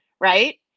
right